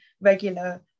regular